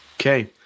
Okay